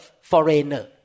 foreigner